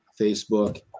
Facebook